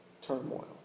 turmoil